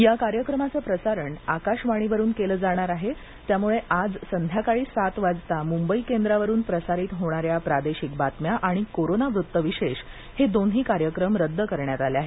या कार्यक्रमाचं प्रसारण आकाशवाणीवरून केलं जाणार आहे त्यामुळे आज संध्याकाळी सात वाजता मुंबई केंद्रावरून प्रसारित होणाऱ्या प्रादेशिक बातम्या आणि कोरोना वृत्त विशेष हे दोन्ही कार्यक्रम रद्द करण्यात आले आहेत